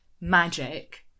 magic